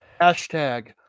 hashtag